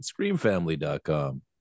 ScreamFamily.com